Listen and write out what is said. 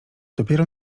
dopiero